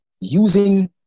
using